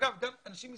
אגב, גם אנשים ישראלים,